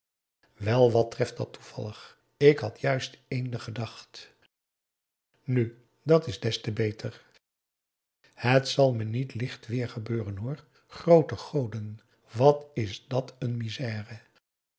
wel dat treft toevallig ik had juist eender gedacht nu dat is des te beter het zal me niet licht weêr gebeuren hoor groote goden wat is dàt een misère